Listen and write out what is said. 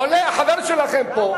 עולה החבר שלכם פה,